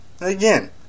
Again